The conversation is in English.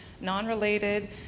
non-related